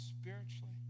spiritually